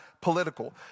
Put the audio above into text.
political